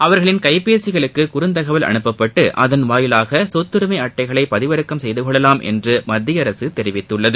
அவர்களின் கைப்பேசிகளுக்கு குழந்தகவல் அனுப்பப்பட்டு அதன் வாயிலாக சொத்துரிமை அட்டைகளை பதிவிறக்கம் செய்து கொள்ளலாம் என்று மத்திய அரசு தெரிவித்துள்ளது